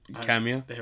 Cameo